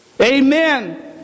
Amen